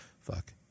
Fuck